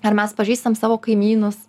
ar mes pažįstam savo kaimynus